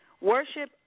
Worship